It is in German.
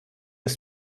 das